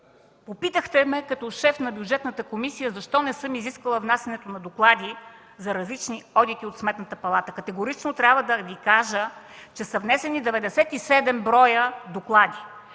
Попитахте ме като шеф на Бюджетната комисия защо не съм изисквала внасянето на доклади за различни одити от Сметната палата. Категорично трябва да Ви кажа, че са внесени 97 броя доклади.